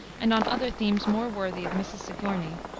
and on other themes more worthy of mrs. sigourney.